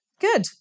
Good